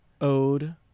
ode